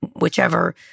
whichever